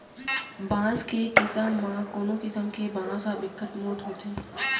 बांस के किसम म कोनो किसम के बांस ह बिकट मोठ होथे